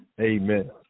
amen